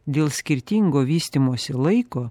dėl skirtingo vystymosi laiko